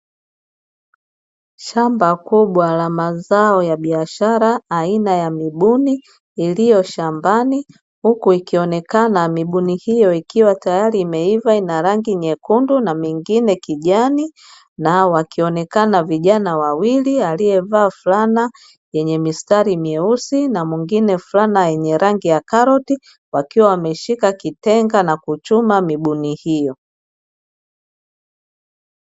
Shamba kubwa pa mazao aina ya mibuni iliyo shambani huku ikionekana mibuni hiyo ikiwa tayari imeiva ina rangi nyekundu na mingine kijani na wakionekana vijana wawili aliyevaa fulana yenye mistari miyeusi na mwingine fulana yenye rangi ya karoti wakiwa wameshika kitenga na kuchuma mibuni hiyo.